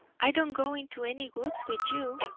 i don't go into any woods with you,